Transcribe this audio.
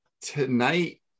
tonight